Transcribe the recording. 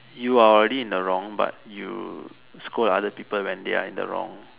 you are already in the wrong but you scold other people when they are in the wrong